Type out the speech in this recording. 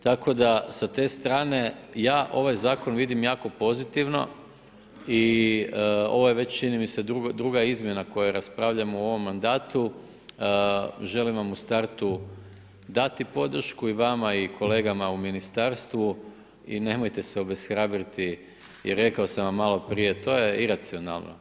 Tako da s te strane, ja ovaj zakon vidim jako pozitivno i ovo je već čini mi se druga izmjena koju raspravljam u ovom mandatu, želim vam u startu dati podršku i vama i kolegama u ministarstvu i nemojte se obeshrabriti i rekao sam vam maloprije, to je iracionalno.